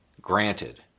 Granted